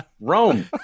Rome